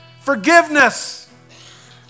forgiveness